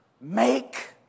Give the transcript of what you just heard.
Make